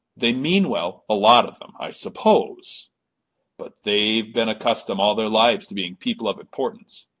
they mean well, a lot of them, i suppose but they've been accustomed all their lives to being people of importance.